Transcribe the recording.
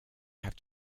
have